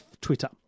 Twitter